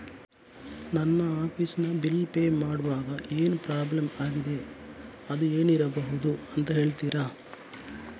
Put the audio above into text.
ನನ್ನ ಆಫೀಸ್ ನ bill pay ಮಾಡ್ವಾಗ ಏನೋ ಪ್ರಾಬ್ಲಮ್ ಆಗಿದೆ ಅದು ಏನಿರಬಹುದು ಅಂತ ಹೇಳ್ತೀರಾ?